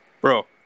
bro